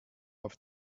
auf